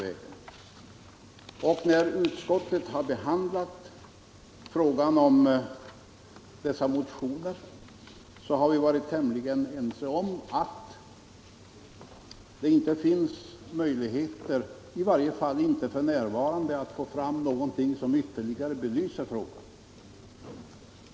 frstrien rRWNsN När vi i utskottet har behandlat motionerna i detta ärende har vi varit Offentliggörande av tämligen ense om att det i varje fall inte f. n. finns möjligheter att få — handlingar om fram någonting som ytterligare belyser frågan.